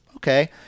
Okay